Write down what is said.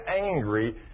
angry